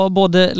både